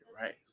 right